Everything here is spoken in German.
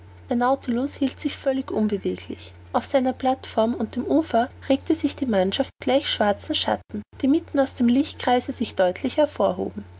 nautilus hielt sich völlig unbeweglich auf seiner plateform und dem ufer regte sich die mannschaft gleich schwarzen schatten die mitten aus dem lichtkreise sich deutlich hervorhoben